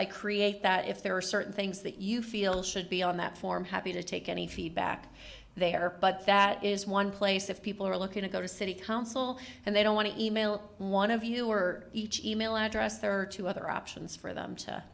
i create that if there are certain things that you feel should be on that form happy to take any feedback they are but that is one place if people are looking to go to city council and they don't want to e mail one of you or each e mail address there are two other options for them to